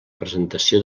presentació